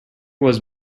was